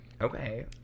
okay